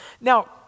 Now